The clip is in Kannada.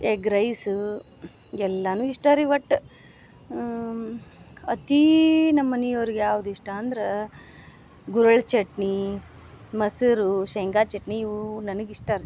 ಎಗ್ ರೈಸ ಎಲ್ಲಾನು ಇಷ್ಟ ರೀ ಒಟ್ಟು ಅತೀ ನಮ್ಮನಿಯವ್ರಿಗೆ ಯಾವ್ದು ಇಷ್ಟ ಅಂದ್ರೆ ಗುರ್ರೆಳ್ ಚಟ್ನಿ ಮೊಸರು ಶೇಂಗ ಚಟ್ನಿ ಇವು ನನಗೆ ಇಷ್ಟ ರೀ